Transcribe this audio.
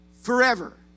forever